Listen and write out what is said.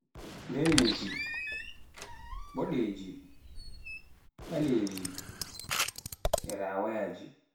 ndaneje, mboɗeje, ɓaleeje, rawayaje